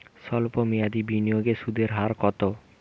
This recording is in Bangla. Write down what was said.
সল্প মেয়াদি বিনিয়োগে সুদের হার কত?